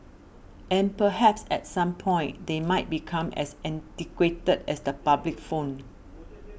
and perhaps at some point they might become as antiquated as the public phone